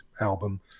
album